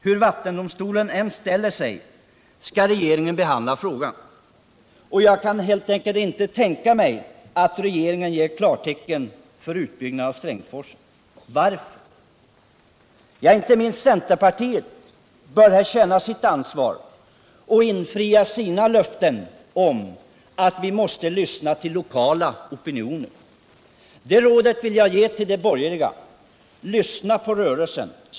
Hur vattendomstolen än ställer sig skall regeringen behandla frågan, och jag kan helt enkelt inte tänka mig att regeringen ger klartecken för utbyggnad av Strängsforsen. Varför? Inte minst centerpartiet bör här känna sitt ansvar och infria sina vallöften om att vi skall lyssna till lokala opinioner. Det rådet vill jag ge till de borgerliga: Lyssna på rörelsen!